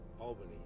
Albany